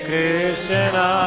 Krishna